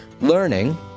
learning